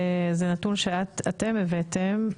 וזה נתון שאתם הבאתם,